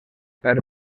per